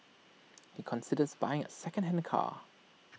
he considers buying A secondhand car